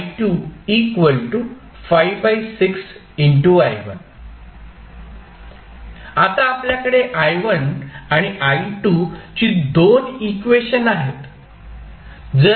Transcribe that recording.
आता आपल्याकडे i1 आणि i2 ची दोन इक्वेशन आहेत